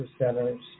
centers